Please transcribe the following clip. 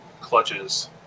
clutches